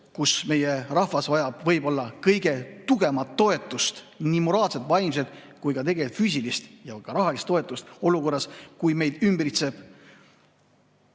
kus meie rahvas vajab võib-olla kõige tugevamat toetust, nii moraalset, vaimset kui ka füüsilist ja rahalist toetust, olukorras, kus meid ümbritseb